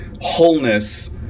wholeness